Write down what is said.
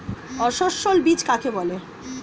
অসস্যল বীজ কাকে বলে?